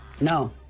No